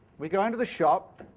we go into the shop,